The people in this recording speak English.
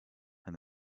and